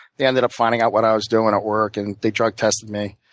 they ended up finding out what i was doing at work, and they drug tested me,